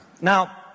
Now